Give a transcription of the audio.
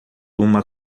uma